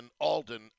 Alden